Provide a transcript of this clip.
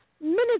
minutes